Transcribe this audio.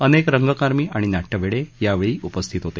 अनेक रंगकर्मी आणि नाटयवेडे यावेळी उपस्थित होते